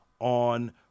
on